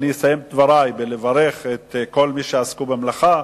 אני אסיים את דברי בברכה לכל מי שעסקו במלאכה.